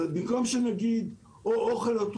זה אשכרה מתכון לנפילה, משום שקשה להפעיל את